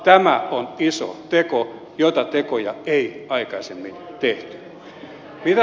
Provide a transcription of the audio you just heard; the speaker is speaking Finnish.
tämä on iso teko joita tekoja ei aikaisemmin tehty